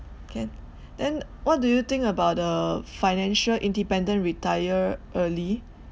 can then what do you think about the financial independent retire early